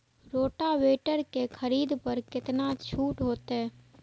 Rotavator के खरीद पर केतना छूट होते?